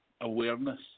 awareness